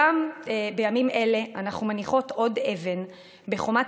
גם בימים אלה אנחנו מניחות עוד אבן בחומת